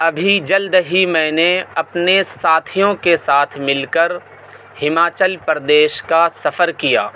ابھی جلد ہی میں نے اپنے ساتھیوں کے ساتھ مل کر ہماچل پردیش کا سفر کیا